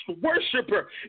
worshiper